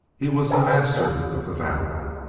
he was the master of the valley.